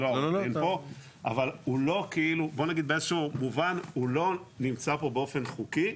אבל באיזה שהוא מובן הוא לא נמצא פה באופן חוקי,